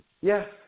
yes